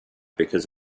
because